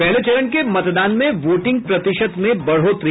पहले चरण के मतदान में वोटिंग प्रतिशत में बढ़ोतरी